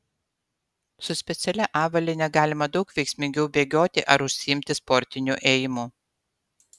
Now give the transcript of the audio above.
su specialia avalyne galima daug veiksmingiau bėgioti ar užsiimti sportiniu ėjimu